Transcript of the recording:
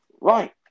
Right